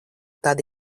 tad